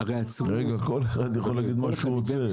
כל אחד יכול להגיד מה שהוא רוצה.